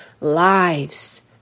lives